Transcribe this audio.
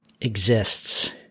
exists